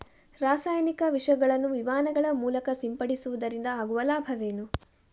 ರಾಸಾಯನಿಕ ವಿಷಗಳನ್ನು ವಿಮಾನಗಳ ಮೂಲಕ ಸಿಂಪಡಿಸುವುದರಿಂದ ಆಗುವ ಲಾಭವೇನು?